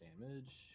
damage